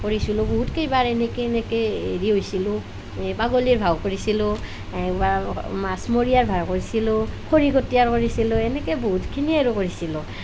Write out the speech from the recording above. কৰিছিলোঁ বহুত কেইবাৰ এনেকৈ এনেকৈ হেৰি হৈছিলোঁ এই পাগলীৰ ভাও কৰিছিলোঁ এবাৰ মাছমৰীয়াৰ ভাও কৰিছিলোঁ খৰিকটীয়াৰ কৰিছিলোঁ এনেকৈ বহুতখিনিয়েই আৰু কৰিছিলোঁ